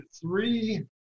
three